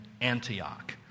Antioch